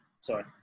Sorry